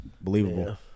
believable